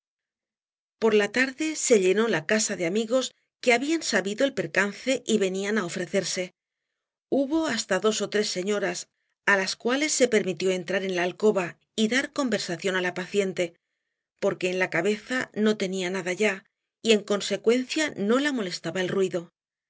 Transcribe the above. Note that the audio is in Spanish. por la tarde se llenó la casa de amigos que habían sabido el percance y venían á ofrecerse hubo hasta dos ó tres señoras á las cuales se permitió entrar en la alcoba y dar conversación á la paciente porque en la cabeza no tenía nada ya y en consecuencia no la molestaba el ruido